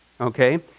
okay